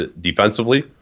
defensively